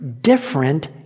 different